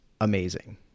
amazing